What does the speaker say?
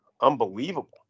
unbelievable